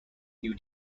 new